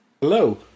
hello